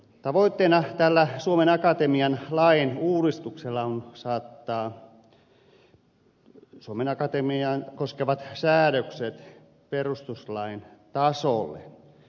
tavoitteena tällä suomen akatemian lain uudistuksella on saattaa suomen akatemiaa koskevat säädökset perustuslain tasolle